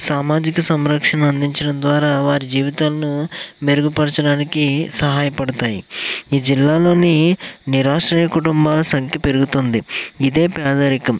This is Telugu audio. సామాజిక సంరక్షణ అందించడం ద్వారా వారి జీవితాలను మెరుగుపరచడానికి సహాయపడుతాయి ఈ జిల్లాలో నిరాశ్రయ కుటుంబాల సంఖ్య పెరుగుతుంది ఇదే పేదరికం